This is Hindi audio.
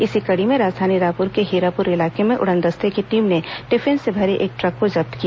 इसी कड़ी में राजधानी रायपुर के हीरापुर इलाके में उड़न दस्ते की टीम ने टिफिन से भरे एक ट्रक को जब्त किया